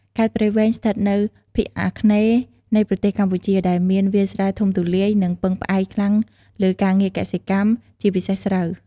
ខេត្តព្រៃវែង ស្ថិតនៅភាគអាគ្នេយ៍នៃប្រទេសកម្ពុជា ដែលមានវាលស្រែធំទូលាយ និងពឹងផ្អែកខ្លាំងលើការងារកសិកម្ម ជាពិសេសស្រូវ។